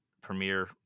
Premiere